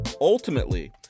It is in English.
ultimately